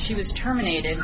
she was terminated